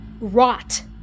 rot